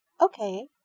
Okay